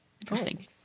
Interesting